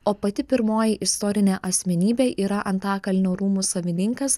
o pati pirmoji istorinė asmenybė yra antakalnio rūmų savininkas